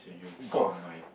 go